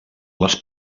les